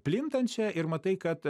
plintančia ir matai kad